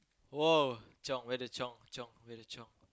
!woah! chiong where the chiong chiong where the chiong